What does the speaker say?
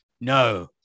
No